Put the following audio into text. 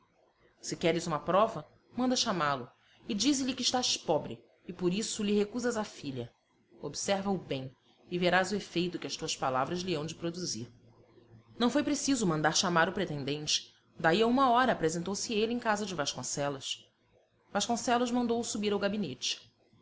matou o se queres uma prova manda chamá-lo e dize-lhe que estás pobre e por isso lhe recusas a filha observa o bem e verás o efeito que as tuas palavras lhe hão de produzir não foi preciso mandar chamar o pretendente daí a uma hora apresentouse ele em casa de vasconcelos vasconcelos mandou-o subir ao gabinete